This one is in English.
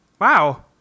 Wow